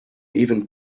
even